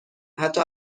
حتی